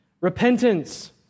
Repentance